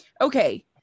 okay